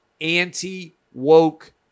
anti-woke